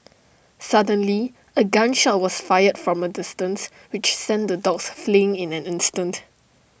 suddenly A gun shot was fired from A distance which sent the dogs fleeing in an instant